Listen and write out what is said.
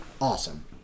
awesome